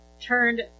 turned